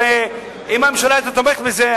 הרי אם הממשלה היתה תומכת בזה,